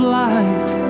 light